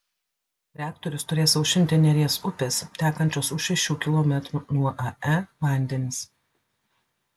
reaktorius turės aušinti neries upės tekančios už šešių kilometrų nuo ae vandenys